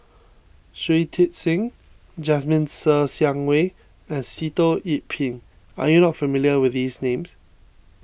Shui Tit Sing Jasmine Ser Xiang Wei and Sitoh Yih Pin are you not familiar with these names